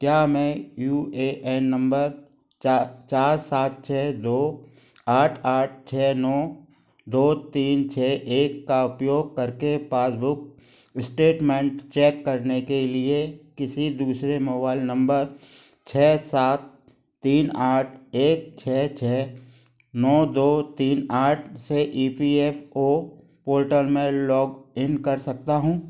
क्या मैं U A N number चा चार सात छः दो आठ आठ छः नौ दो तीन छः एक का उपयोग करके पासबुक स्टेटमेंट चेक करने के लिए किसी दूसरे मोबाइल नंबर छः सात तीन आठ एक छः छः नौ दो तीन आठ से E P F O portal में लॉग इन कर सकता हूँ